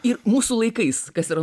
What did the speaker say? ir mūsų laikais kas yra